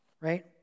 right